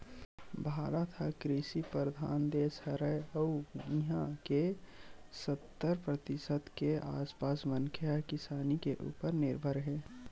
भारत ह कृषि परधान देस हरय अउ इहां के सत्तर परतिसत के आसपास मनखे ह किसानी के उप्पर निरभर हे